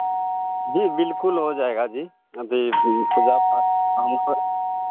जी बिल्कुल हो जाएगा जी अभी पूजा पाठ हम पर